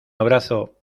abrazo